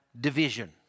division